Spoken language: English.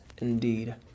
indeed